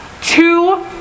two